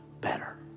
better